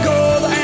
Gold